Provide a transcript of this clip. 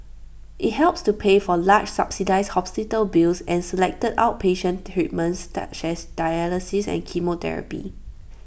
IT helps to pay for large subsidised hospital bills and selected outpatient treatments such as dialysis and chemotherapy